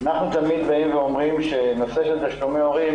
אנחנו תמיד אומרים שאי אפשר להתייחס לנושא של תשלומי הורים